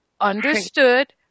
Understood